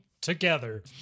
Together